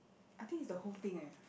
I think is the whole thing leh